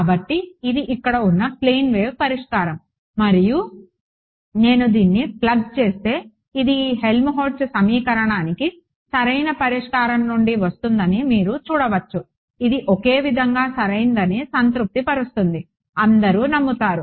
కాబట్టి ఇది ఇక్కడ ఉన్న ప్లేన్ వేవ్ పరిష్కారం మరియు నేను దీన్ని ప్లగ్ చేస్తే ఇది ఈ హెల్మ్హోల్ట్జ్ సమీకరణానికి సరైన పరిష్కారం నుండి వస్తున్నదని మీరు చూడవచ్చు ఇది ఒకే విధంగా సరైనదని సంతృప్తిపరుస్తుంది అందరూ నమ్ముతారు